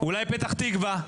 אולי פתח תקווה?